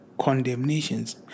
Condemnations